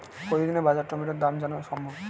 প্রতিদিনের বাজার টমেটোর দাম জানা সম্ভব?